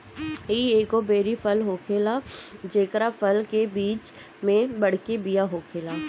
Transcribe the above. इ एगो बेरी फल होखेला जेकरा फल के बीच में बड़के बिया होखेला